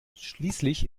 schließlich